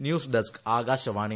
news desk Akashvani